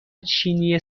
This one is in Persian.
چینی